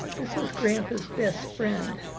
this is grandpa's best friend.